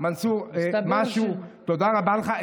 מנסור, משהו, תודה רבה לך.